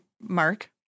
Mark